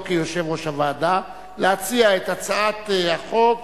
לא כיושב-ראש הוועדה, להציע את הצעת החוק,